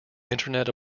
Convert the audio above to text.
internet